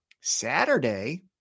Saturday